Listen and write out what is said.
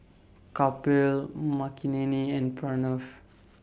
Kapil Makineni and Pranav